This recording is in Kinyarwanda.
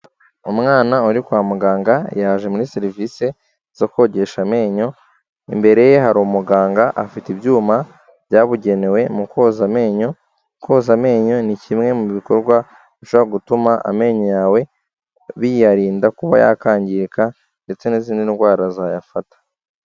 Umwana uri kwa muganga yaje muri serivise zo kogesha amenyo, imbere ye hari umuganga afite ibyuma byabugenewe mu koza amenyo, koza amenyo ni kimwe mu bikorwa bishobora gutuma amenyo yawe biyarinda kuba yakangirika ndetse n'izindi ndwara zayafata.